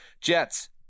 Jets